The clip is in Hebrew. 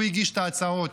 הוא הגיש את ההצעות,